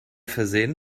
versehen